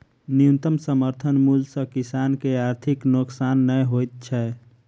न्यूनतम समर्थन मूल्य सॅ किसान के आर्थिक नोकसान नै होइत छै